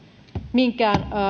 minkään